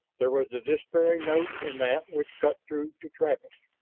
there was a despairing note in that which cut through to travis,